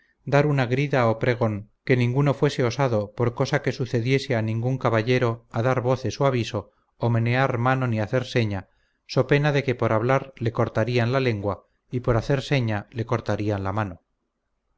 dar una grida o pregón que ninguno fuese osado por cosa que sucediese a ningún caballero a dar voces o aviso o menear mano ni hacer seña so pena de que por hablar le cortarían la lengua y por hacer seña le cortarían la mano